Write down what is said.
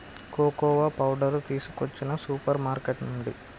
cocoa powder తీసుకొచ్చిన super market నుండి